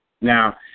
Now